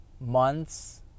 months